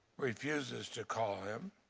refuses to call him.